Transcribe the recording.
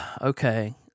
okay